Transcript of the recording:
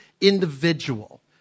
individual